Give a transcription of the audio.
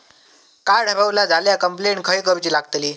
Card हरवला झाल्या complaint खय करूची लागतली?